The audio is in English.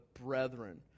brethren